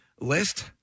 list